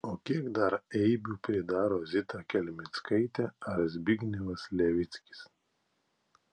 o kiek dar eibių pridaro zita kelmickaitė ar zbignevas levickis